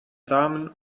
damen